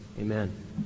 Amen